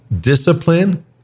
Discipline